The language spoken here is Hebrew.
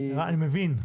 אני מבין.